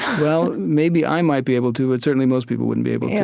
well, maybe i might be able to but certainly most people wouldn't be able to,